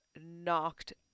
knocked